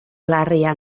larria